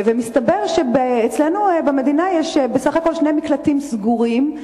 מסתבר שאצלנו במדינה יש בסך הכול שני מקלטים סגורים,